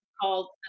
called